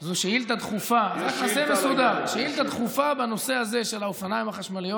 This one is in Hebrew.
הוא שאילתה דחופה בנושא הזה של האופניים החשמליים